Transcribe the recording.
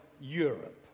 Europe